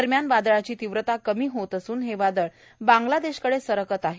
दरम्यान वादळाची तीव्रता कमी होत असून हे वादळ बांगलादेशकडे सरकत आहे